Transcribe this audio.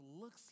looks